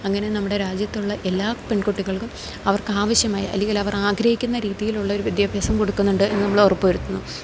അങ്ങനെ നമ്മുടെ രാജ്യത്തുള്ള എല്ലാ പെൺകുട്ടികൾക്കും അവർക്കാവശ്യമായ അല്ലെങ്കിലവർ ആഗ്രഹിക്കുന്ന രീതിയിലുള്ളൊരു വിദ്യാഭ്യാസം കൊടുക്കുന്നുണ്ട് എന്ന് നമ്മൾ ഉറപ്പ് വരുത്തണം